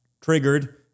triggered